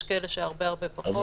יש כאלה שהרבה הרבה פחות.